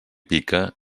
pica